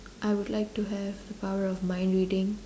I would like power of mind reading